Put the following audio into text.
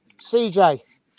CJ